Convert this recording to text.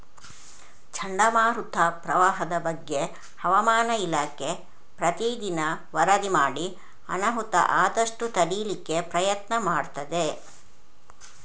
ಚಂಡಮಾರುತ, ಪ್ರವಾಹದ ಬಗ್ಗೆ ಹವಾಮಾನ ಇಲಾಖೆ ಪ್ರತೀ ದಿನ ವರದಿ ಮಾಡಿ ಅನಾಹುತ ಆದಷ್ಟು ತಡೀಲಿಕ್ಕೆ ಪ್ರಯತ್ನ ಮಾಡ್ತದೆ